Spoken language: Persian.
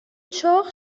چاق